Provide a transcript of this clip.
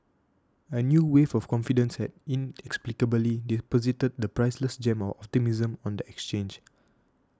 a new wave of confidence had inexplicably deposited the priceless gem of optimism on the exchange